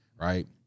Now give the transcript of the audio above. right